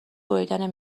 بریدن